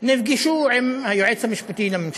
נפגשו עם היועץ המשפטי לממשלה.